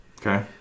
Okay